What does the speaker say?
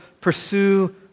pursue